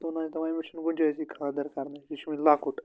توٚتانۍ چھِ دپان أمس چھَنہٕ گُنجٲیشۍ خاندَر کَرنٕچۍ یہِ چھُ وُنہِ لۄکُٹ